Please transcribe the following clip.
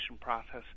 process